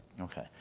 Okay